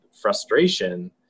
frustration